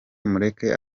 mureke